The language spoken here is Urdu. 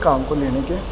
کام کو لینے کے